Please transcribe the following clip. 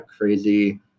crazy